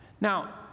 Now